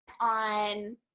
on